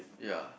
ya